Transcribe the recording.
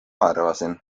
arvasin